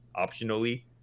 optionally